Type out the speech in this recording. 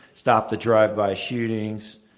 stop the drive-by shootings.